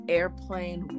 Airplane